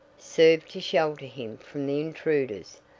served to shelter him from the intruders,